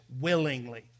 willingly